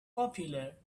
popular